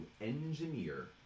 engineer